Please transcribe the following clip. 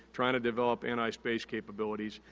trying to develop anti-space capabilities.